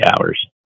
hours